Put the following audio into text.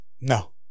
No